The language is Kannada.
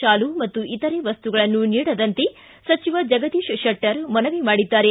ಶಾಲು ಮತ್ತು ಇತರೆ ವಸ್ತುಗಳನ್ನು ನೀಡದಂತೆ ಸಚಿವ ಜಗದೀಶ್ ಶೆಟ್ಟರ್ ಮನವಿ ಮಾಡಿದ್ದಾರೆ